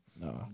No